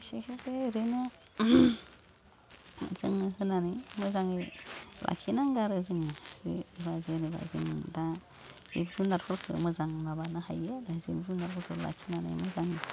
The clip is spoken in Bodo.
सेखाखो ओरैनो जोङो होनानै मोजाङै लाखिनांगो आरो जोङो एसे बा जेनोबा जों दा जिब जुनारफोरखो मोजां माबानो हायो आरो जों जिब जुनारफोरखो लाखिनानै मोजां